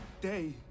day